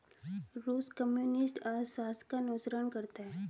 रूस कम्युनिस्ट अर्थशास्त्र का अनुसरण करता है